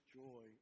joy